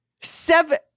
Seven